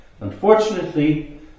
Unfortunately